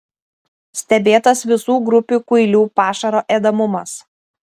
stebėtas visų grupių kuilių pašaro ėdamumas